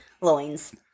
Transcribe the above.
Loins